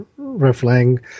reflang